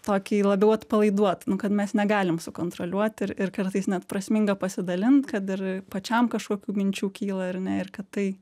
tokį labiau atpalaiduot nu kad mes negalim sukontroliuot ir ir kartais net prasminga pasidalint kad ir pačiam kažkokių minčių kyla ar ne ir kad tai